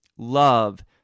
Love